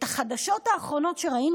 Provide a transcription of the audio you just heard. את החדשות האחרונות שראינו,